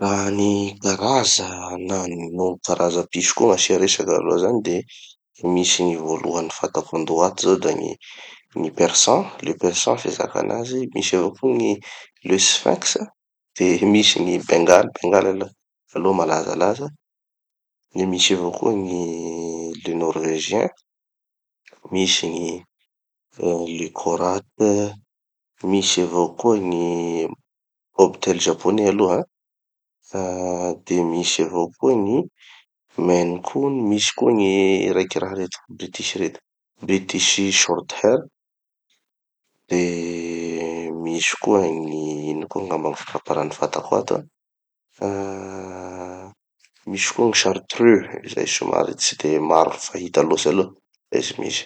Ah gny karaza na gny no karaza piso koa gn'asia resaky aloha zany de misy gny voalohany fantako andoha ato zao da gny gny persan, le persan gny fizaka anazy, misy avao koa gny le sphynx, de misy gny bengal, bengal aloha- aloha malazalaza, de misy avao koa gny le norvégien, misy gny ah le korat, misy avao koa gny bobtail japonais aloha, ah de misy avao koa gny maine coon de misy koa gny raiky raha reto, britisy reto, british shorthair, de misy koa gny ino koa angamba gny faraparany fantako ato an, ah misy koa gny chartreux, izay somary tsy de maro fahita loatsy aloha, fa izy misy.